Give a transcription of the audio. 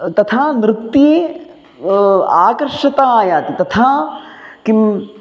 तथा नृत्ये आकर्षता आयाति तथा किम्